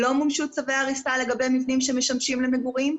לא מומשו צווי הריסה לגבי מבנים שמשמשים למגורים,